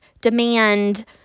demand